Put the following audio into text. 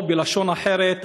או בלשון אחרת,